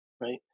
right